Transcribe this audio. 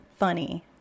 funny